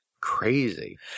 Crazy